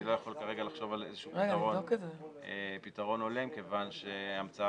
אני לא יכול כרגע לחשוב על איזשהו פתרון הולם כיוון שהשלט